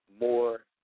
more